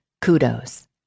kudos